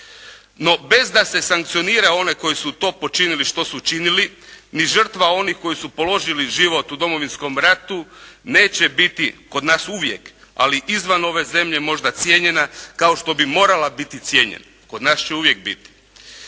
No bez da se sankcionira one koji su to počinili što su učinili ni žrtva onih koji su položili život u Domovinskom ratu neće biti kod nas uvijek ali izvan ove zemlje možda cijenjena kao što bi morala biti cijenjena. Kod nas će uvijek biti.